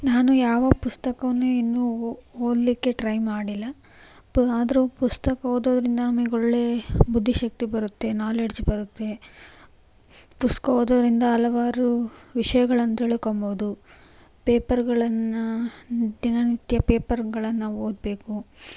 ನಾನು ಯಾವ ಪುಸ್ತಕವನ್ನು ಇನ್ನೂ ಓದ್ಲಿಕ್ಕೆ ಟ್ರೈ ಮಾಡಿಲ್ಲ ಆದರೂ ಪುಸ್ತಕ ಓದೋದ್ರಿಂದ ನಮಗೆ ಒಳ್ಳೆಯ ಬುದ್ಧಿ ಶಕ್ತಿ ಬರುತ್ತೆ ನಾಲೆಡ್ಜ್ ಬರುತ್ತೆ ಪುಸ್ತಕ ಓದೋದ್ರಿಂದ ಹಲವಾರು ವಿಷಯಗಳನ್ನು ತಿಳ್ಕೋಬೋದು ಪೇಪರ್ಗಳನ್ನು ದಿನನಿತ್ಯ ಪೇಪರ್ಗಳನ್ನು ಓದಬೇಕು